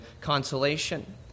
consolation